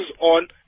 on